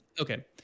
okay